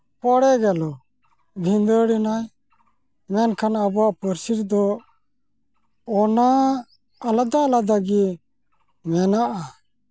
ᱯᱚᱲᱮ ᱜᱮᱞᱚ ᱵᱷᱤᱸᱫᱟᱹᱲᱮᱱᱟᱭ ᱢᱮᱱᱠᱷᱟᱱ ᱟᱵᱚᱣᱟᱜ ᱯᱟᱹᱨᱥᱤ ᱛᱮᱫᱚ ᱚᱱᱟ ᱟᱞᱟᱫᱟ ᱟᱞᱟᱫᱟ ᱜᱮ ᱢᱮᱱᱟᱜᱼᱟ